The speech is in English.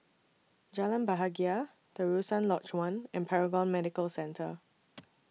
Jalan Bahagia Terusan Lodge one and Paragon Medical Centre